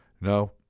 No